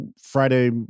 Friday